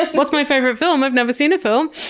what's my favorite film? i've never seen a film.